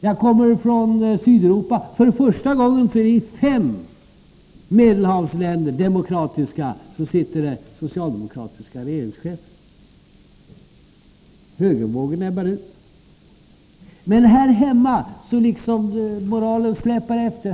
Jag kommer just från Sydeuropa, och för första gången sitter det socialdemokratiska regeringschefer i fem demokratiska Medelhavsländer. Högervågen ebbar ut. Men här hemma släpar moderaterna efter.